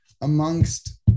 amongst